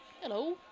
Hello